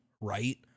Right